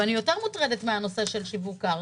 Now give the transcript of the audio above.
ואני יותר מוטרדת מהנושא של שיווק קרקע.